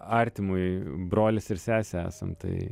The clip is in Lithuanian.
artimui brolis ir sesė esam tai